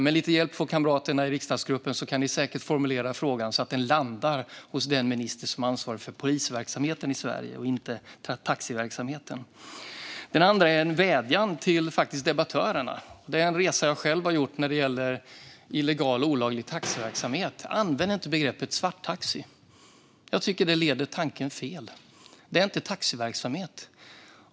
Med lite hjälp från kamraterna i riksdagsgruppen kan ni säkert formulera frågan så att den landar hos den minister som är ansvarig för polisverksamheten i Sverige och inte taxiverksamheten. Min andra punkt är en vädjan till debattörerna. Det är en resa jag själv har gjort när det gäller illegal, olaglig taxiverksamhet: Använd inte begreppet svarttaxi! Jag tycker att det leder tanken fel. Det är inte taxiverksamhet.